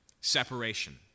Separation